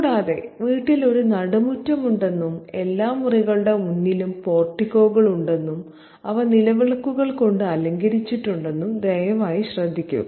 കൂടാതെ വീട്ടിൽ ഒരു നടുമുറ്റമുണ്ടെന്നും എല്ലാ മുറികളുടെ മുന്നിലും പോർട്ടിക്കോകളുണ്ടെന്നും അവ നിലവിളക്കുകൾ കൊണ്ട് അലങ്കരിച്ചിട്ടുണ്ടെന്നും ദയവായി ശ്രദ്ധിക്കുക